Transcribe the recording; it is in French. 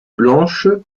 blanches